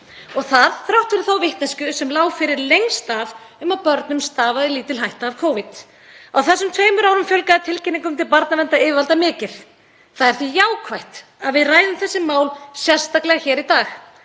og það þrátt fyrir þá vitneskju sem lá fyrir lengst af um að börnum stafaði lítil hætta af Covid. Á þessum tveimur árum fjölgaði tilkynningum til barnaverndaryfirvalda mikið. Það er því jákvætt að við ræðum þessi mál sérstaklega hér í dag.